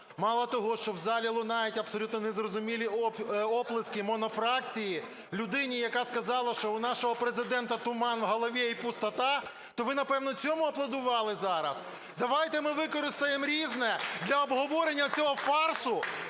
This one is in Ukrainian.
мало того, що в залі лунають абсолютно незрозумілі оплески монофракції людині, яка сказала, що у нашого Президента туман в голові і пустота. То, напевно, цьому аплодували зараз? Давайте ми використаємо "Різне" для обговорення цього фарсу,